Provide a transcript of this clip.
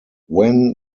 when